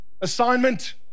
assignment